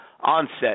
onset